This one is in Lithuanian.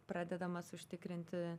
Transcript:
pradedamas užtikrinti